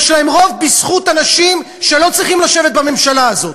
יש להם רוב בזכות אנשים שלא צריכים לשבת בממשלה הזאת,